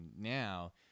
now